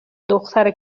دختر